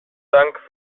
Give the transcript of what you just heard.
dank